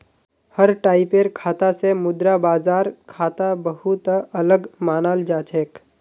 हर टाइपेर खाता स मुद्रा बाजार खाता बहु त अलग मानाल जा छेक